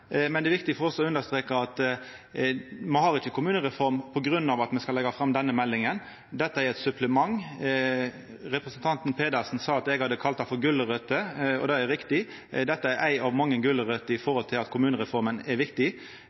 men det er viktig for oss å understreka at me har ikkje kommunereform på grunn av at me skal leggja fram denne meldinga. Dette er eit supplement. Representanten Pedersen sa at eg hadde kalla det for gulrøter, og det er riktig. Dette er ei av mange gulrøter, med tanke på at kommunereforma er viktig.